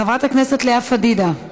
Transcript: חברת הכנסת לאה פדידה,